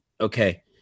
Okay